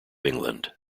england